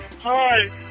Hi